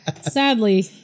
Sadly